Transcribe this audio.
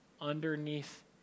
underneath